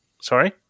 Sorry